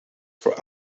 for